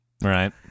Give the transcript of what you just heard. right